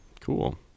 Cool